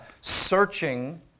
searching